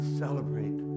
celebrate